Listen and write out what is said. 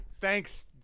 Thanks